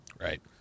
right